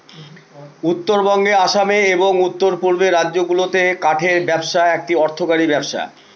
উত্তরবঙ্গে আসামে এবং উত্তর পূর্বের রাজ্যগুলাতে কাঠের ব্যবসা একটা অর্থকরী ব্যবসা